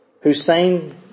Hussein